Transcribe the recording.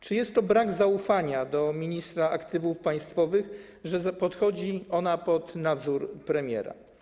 Czy jest to brak zaufania do ministra aktywów państwowych, że podchodzi ona pod nadzór premiera?